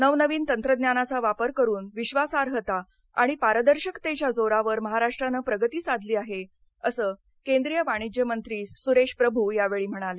नवनवीन तंत्रज्ञानाचा वापर करून विश्वासार्हता आणि पारदर्शकतेच्या जोरावर महाराष्ट्रानं प्रगती साधली आहे असं केंद्रीय वाणिज्य मंत्री सुरेश प्रभू या वेळी म्हणाले